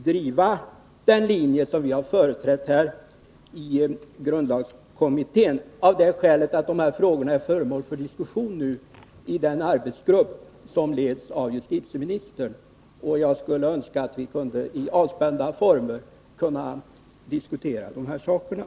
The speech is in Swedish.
driva den linje som vi företrätt i grundlagskommittén, av det skälet att dessa frågor nu är föremål för diskussion i den arbetsgrupp som leds av justitieministern, och jag skulle önska att vi kunde i avspända former diskutera de här sakerna.